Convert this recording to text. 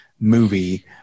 movie